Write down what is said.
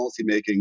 policymaking